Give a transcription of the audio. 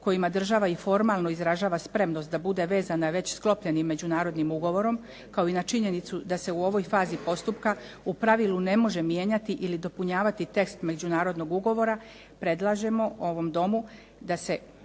kojima i država formalno izražava spremnost da bude vezana već sklopljenim međunarodnim ugovorom, kao i na činjenicu da se u ovoj fazi postupka u pravilu ne može mijenjati ili dopunjavati tekst međunarodnog ugovora, predlažemo ovom Domu da se